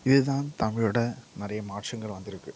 இது தான் தமிழோடய நிறைய மாற்றங்கள் வந்திருக்கு